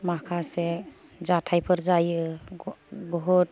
माखासे जाथायफोर जायो बुहुत